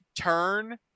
turn